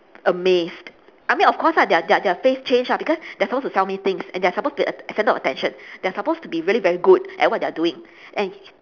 amazed I mean of course ah their their their face changed ah because they are supposed to sell me things and they are supposed to be the centre of attention they are supposed to be really very good at what they are doing and